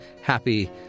happy